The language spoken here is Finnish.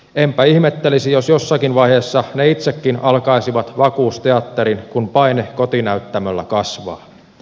enpä ihmettelisi jos jossakin vaiheessa ne itsekin alkaisivat vakuusteatterin kun paine kotinäyttämöllä kasvaa